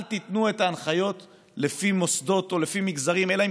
אל תיתנו את ההנחיות לפי מוסדות או לפי מגזרים אלא אם